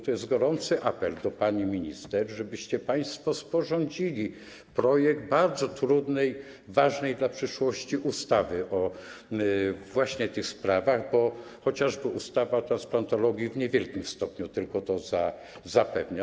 Tu jest gorący apel do pani minister, żebyście państwo sporządzili projekt bardzo trudnej, ważnej dla przyszłości ustawy właśnie o tych sprawach, bo chociażby ustawa o transplantologii w niewielkim tylko stopniu to zapewnia.